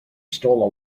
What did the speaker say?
stole